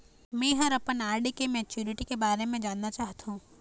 में ह अपन आर.डी के मैच्युरिटी के बारे में जानना चाहथों